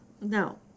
No